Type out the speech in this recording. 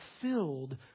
filled